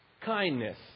Kindness